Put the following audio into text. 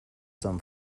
some